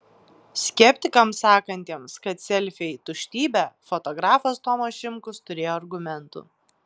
skeptikams sakantiems kad selfiai tuštybė fotografas tomas šimkus turėjo argumentų